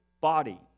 body